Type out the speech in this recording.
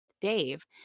Dave